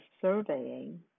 surveying